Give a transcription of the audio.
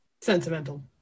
Sentimental